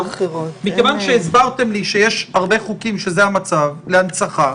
מכיוון שהסברתם לי שיש הרבה חוקים להנצחה שזה המצב בהם,